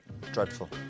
Dreadful